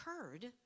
occurred